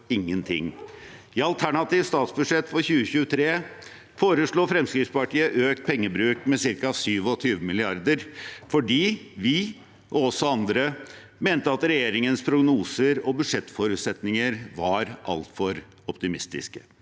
I al ternativt statsbudsjett for 2023 foreslo Fremskrittspartiet økt pengebruk med ca. 27 mrd. kr fordi vi, og også andre, mente at regjeringens prognoser og budsjettforutsetninger var altfor optimistiske.